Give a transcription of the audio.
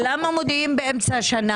ולמה מודיעים באמצע השנה.